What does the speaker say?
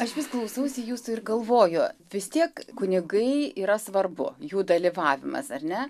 aš vis klausausi jūsų ir galvoju vis tiek kunigai yra svarbu jų dalyvavimas ar ne